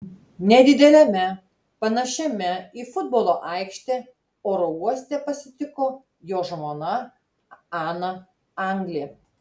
nedideliame panašiame į futbolo aikštę oro uoste pasitiko jo žmona ana anglė